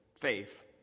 Faith